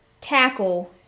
tackle